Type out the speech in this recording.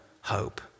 hope